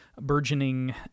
burgeoning